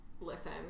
listen